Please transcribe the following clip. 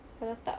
kalau tak